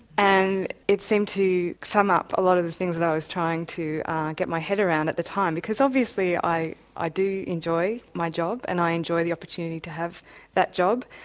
and it seemed to sum up a lot of the things that i was trying to get my head around at the time. because obviously i i do enjoy my my job and i enjoy the opportunity to have that job,